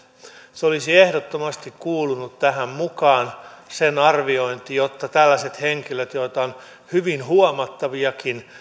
se olisi ehdottomasti kuulunut tähän mukaan sen arviointi jotta tällaiset henkilöt joita on hyvin huomattaviakin